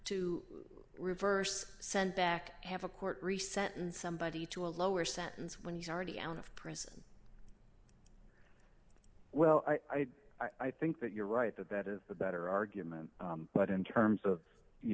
to reverse sent back have a court reset and somebody to a lower sentence when you're already out of prison well i i think that you're right that that is a better argument but in terms of you